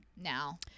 now